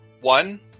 One